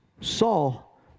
Saul